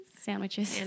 sandwiches